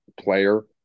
player